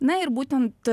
na ir būtent